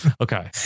Okay